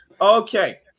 Okay